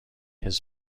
his